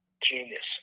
genius